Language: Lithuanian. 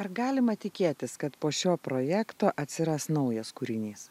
ar galima tikėtis kad po šio projekto atsiras naujas kūrinys